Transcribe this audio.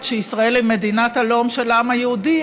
שישראל היא מדינת הלאום של העם היהודי,